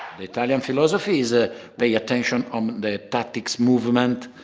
the italian philosophy is ah pay attention on the tactics, movement,